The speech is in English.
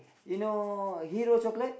you know hero chocolate